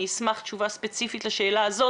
אני אשמח לקבל תשובה ספציפית לשאלה הזאת